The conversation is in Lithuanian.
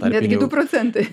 netgi du procentai